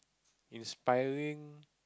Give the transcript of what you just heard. inspiring